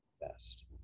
Best